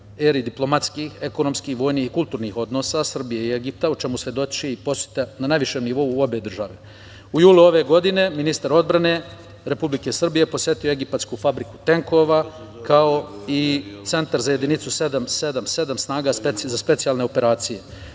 eri diplomatskih, ekonomskih, vojnih i kulturnih odnosa Srbije i Egipta, o čemu svedoči i poseta na najvišem nivou obe države.U julu ove godine ministar odbrane Republike Srbije posetio je egipatsku fabriku tenkova, kao i centar za jedinicu 777 snaga za specijalne operacije.